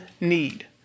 need